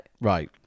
Right